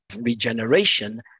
regeneration